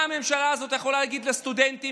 מה הממשלה הזאת יכולה להגיד לסטודנטים,